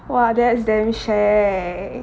!wah! that's damn shag